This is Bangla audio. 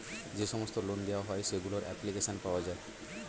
যে সমস্ত লোন দেওয়া হয় সেগুলোর অ্যাপ্লিকেশন পাওয়া যায়